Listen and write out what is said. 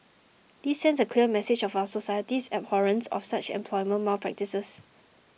this sends a clear message of our society's abhorrence of such employment malpractices